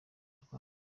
rwacu